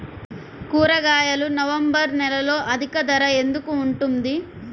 కూరగాయలు నవంబర్ నెలలో అధిక ధర ఎందుకు ఉంటుంది?